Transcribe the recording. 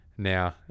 now